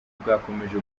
bwakomeje